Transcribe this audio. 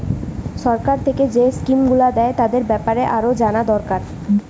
সরকার থিকে যেই স্কিম গুলো দ্যায় তাদের বেপারে আরো জানা দোরকার